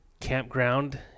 campground